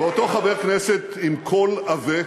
ואותו חבר כנסת, עם קול עבה,